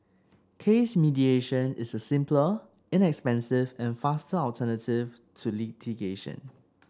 case mediation is a simpler inexpensive and faster alternative to litigation